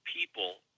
people